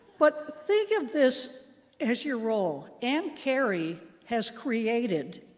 but think of this as your role. ann carey has created